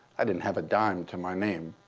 i didn't have a dime to my name.